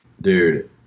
Dude